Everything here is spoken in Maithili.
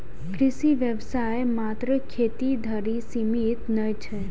कृषि व्यवसाय मात्र खेती धरि सीमित नै छै